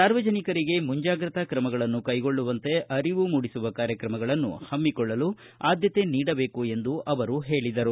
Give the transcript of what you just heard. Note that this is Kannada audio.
ಸಾರ್ವಜನಿಕರಿಗೆ ಮುಂಜಾಗ್ರತಾ ಕ್ರಮಗಳನ್ನು ಕೈಗೊಳ್ಳುವಂತೆ ಅರಿವು ಮೂಡಿಸುವ ಕಾರ್ಯಕ್ರಮಗಳನ್ನು ಹಮ್ಮಿಕೊಳ್ಳಲು ಆದ್ದತೆ ನೀಡಬೇಕು ಎಂದು ಅವರು ಹೇಳಿದರು